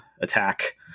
attack